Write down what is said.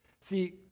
See